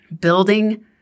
building